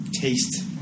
taste